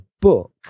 book